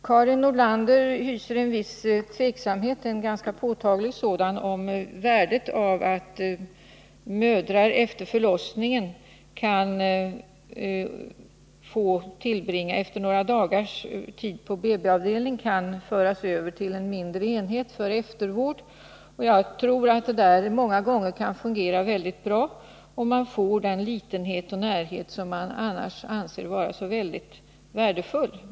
Karin Nordlander hyser en viss tveksamhet — och en ganska påtaglig sådan —-i fråga om värdet av att mödrar efter förlossningen och efter några dagars tid på BB-avdelning kan föras över till en mindre enhet för eftervård. Jag tror att detta många gånger kan fungera väldigt bra, om man får den litenhet och närhet som man annars anser vara så värdefull.